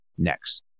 next